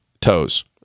toes